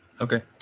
Okay